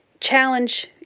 challenge